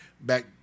back